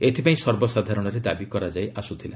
ଏଥିପାଇଁ ସର୍ବସାଧାରଣରେ ଦାବି କରାଯାଇ ଆସୁଥିଲା